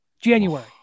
january